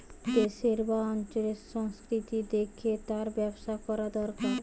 দেশের বা অঞ্চলের সংস্কৃতি দেখে তার ব্যবসা কোরা দোরকার